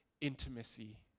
intimacy